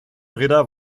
ritter